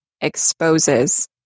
exposes